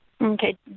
Okay